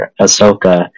Ahsoka